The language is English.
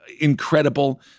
incredible